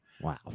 Wow